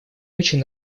очень